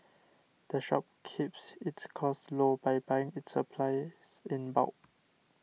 the shop keeps its costs low by buying its supplies in bulk